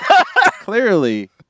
Clearly